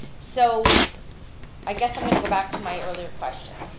so i guess i'm going to go back to my earlier question.